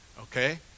Okay